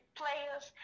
players